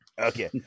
Okay